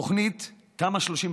התוכנית תמ"א 38